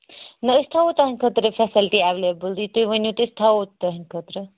نہ أسۍ تھاوو تہٕنٛد خٲطر فیسلٹی ایٚولیبٕل یہِ تُہۍ ؤنو تہِ تھاوو تُہٕنٛدِ خٲطرٕ